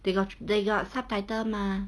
they got they got subtitle mah